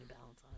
balance